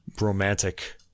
romantic